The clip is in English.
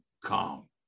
calm